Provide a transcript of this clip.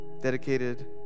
dedicated